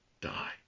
die